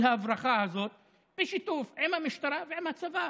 ההברחה הזה בשיתוף עם המשטרה ועם הצבא,